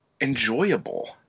enjoyable